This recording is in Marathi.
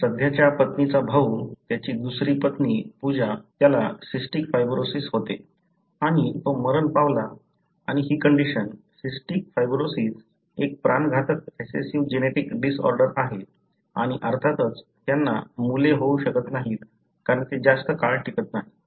सध्याच्या पत्नीचा भाऊ त्याची दुसरी पत्नी पूजा त्याला सिस्टिक फायब्रोसिस होते आणि तो मरण पावला आणि ही कंडिशन सिस्टिक फायब्रोसिस एक प्राणघातक रिसेसिव्ह जेनेटिक डिसऑर्डर आहे आणि अर्थातच त्यांना मुले होऊ शकत नाहीत कारण ते जास्त काळ टिकत नाहीत